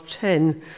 10